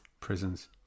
prisons